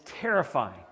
terrifying